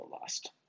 lost